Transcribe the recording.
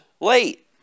late